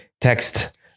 text